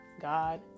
God